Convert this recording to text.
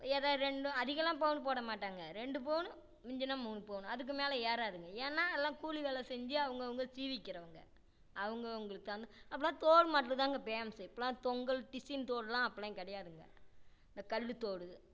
ஏதோ ரெண்டு அதிகலாம் பவுன் போடமாட்டாங்கள் ரெண்டு பவுனு மிஞ்சினால் மூணு பவுனு அதுக்கு மேலே ஏறாதுங்கள் ஏன்னா எல்லாம் கூலி வேலை செஞ்சு அவங்கவுங்க சீவிக்கிறவங்கள் அவங்கவுங்களுக்கு தகுந்த அப்போலாம் தோடு மாட்டலுந்தாங்க ஃபேமஸு இப்போலாம் தொங்கல் டிசைன் தோடெலாம் அப்போலாம் கிடையாதுங்க இந்த கல்லுத்தோடு